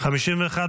135 לא נתקבלה.